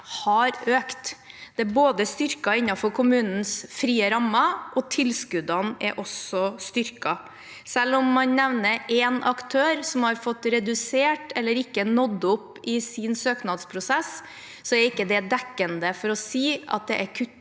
har økt. Det er styrket innenfor kommunens frie rammer, og tilskuddene er også styrket. Selv om man nevner én aktør som har fått reduksjon, eller ikke nådd opp i sin søknadsprosess, er ikke det dekkende for å si at det er kuttet.